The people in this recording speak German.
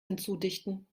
hinzudichten